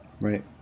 Right